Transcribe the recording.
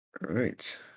right